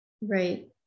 Right